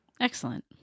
Excellent